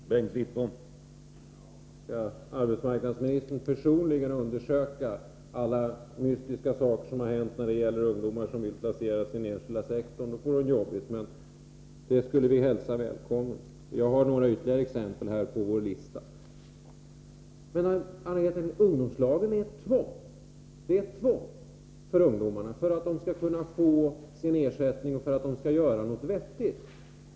Herr talman! Skall arbetsmarknadsministern personligen undersöka alla mystiska saker som har hänt när det gäller ungdomar som vill bli placerade inom den enskilda sektorn, då får hon det jobbigt. Vi skulle emellertid välkomna en sådan insats. Jag har några ytterligare exempel på vår lista. Ungdomslagen, Anna-Greta Leijon, är ett tvång för ungdomarna — för att de skall kunna få sin ersättning och för att de skall göra någonting vettigt.